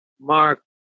Mark